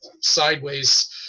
sideways